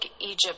Egypt